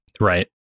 right